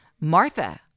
Martha